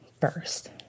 first